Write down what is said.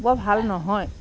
বৰ ভাল নহয়